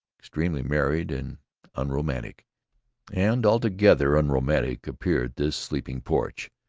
extremely married and unromantic and altogether unromantic appeared this sleeping-porch,